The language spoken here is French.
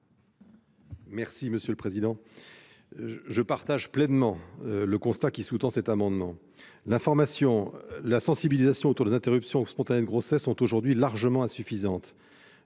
de la commission ? Je partage pleinement le constat qui sous-tend cet amendement : l'information et la sensibilisation autour des interruptions spontanées de grossesse sont largement insuffisantes.